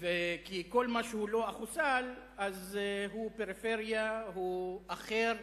כי כל מה שהוא לא אחוס"ל הוא פריפריה, הוא אחר,